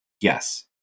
Yes